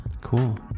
Cool